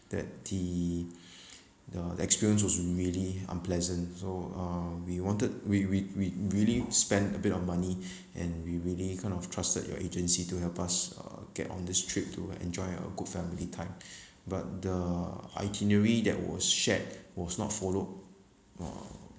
that the the experience was really unpleasant so uh we wanted we we we really spent a bit of money and we really kind of trusted your agency to help us uh get on this trip to enjoy a good family time but the itinerary that was shared was not followed uh